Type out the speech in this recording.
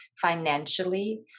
financially